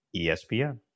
ESPN